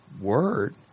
word